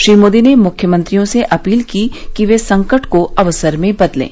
श्री मोदी ने मुख्यमंत्रियों से अपील की कि वे संकट को अवसर में बदलें